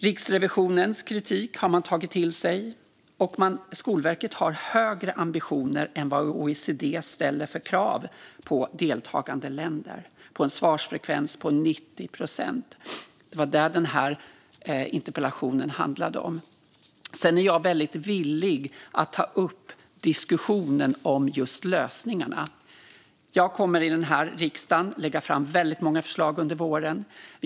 Riksrevisionens kritik har man tagit till sig, och Skolverket har högre ambitioner än de krav som OECD ställer på deltagande länder, nämligen en svarsfrekvens på 90 procent. Det är vad interpellationen handlade om. Jag är villig att ta upp diskussionen om lösningarna. Jag kommer att lägga fram många förslag under våren till riksdagen.